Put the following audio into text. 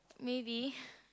maybe